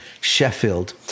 Sheffield